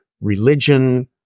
religion